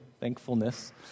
thankfulness